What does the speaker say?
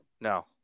No